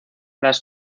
las